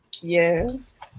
Yes